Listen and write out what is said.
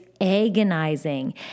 agonizing